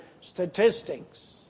statistics